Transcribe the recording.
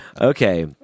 Okay